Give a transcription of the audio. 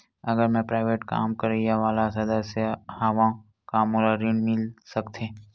अगर मैं प्राइवेट काम करइया वाला सदस्य हावव का मोला ऋण मिल सकथे?